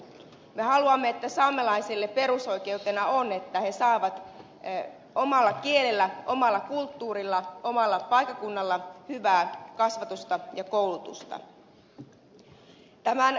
me haluamme että saamelaisten perusoikeutena on se että he saavat omalla kielellä omassa kulttuurissa omalla paikkakunnalla hyvää kasvatusta ja koulutusta